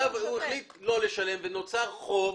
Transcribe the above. אם הוא החליט לא לשלם ונוצר חוב,